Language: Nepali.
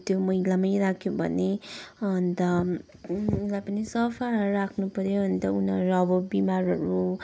त्यो मैलामै राख्यो भने अन्त उसलाई पनि सफा राख्नुपऱ्यो अन्त उनीहरू अब बिमारहरू